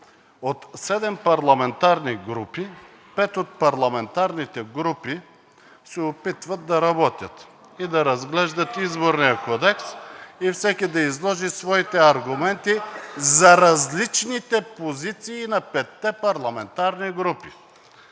седем парламентарни групи пет от тях се опитват да работят и да разглеждат Изборния кодекс и всеки да изложи своите аргументи за различните позиции на петте парламентарни групи.